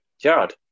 Gerard